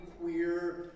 queer